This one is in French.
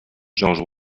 george